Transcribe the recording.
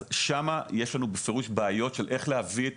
שם יש לנו בפירוש בעיות של איך להביא את